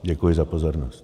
Děkuji za pozornost.